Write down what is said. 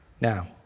now